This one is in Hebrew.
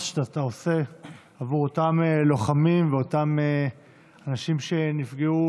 שאתה עושה עבור אותם לוחמים ואותם אנשים שנפגעו.